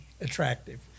attractive